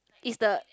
is the